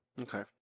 Okay